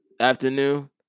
afternoon